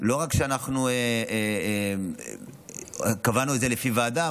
שאנחנו קבענו את זה לפי ועדה,